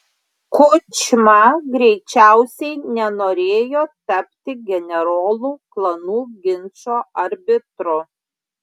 kučma greičiausiai nenorėjo tapti generolų klanų ginčo arbitru